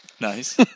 Nice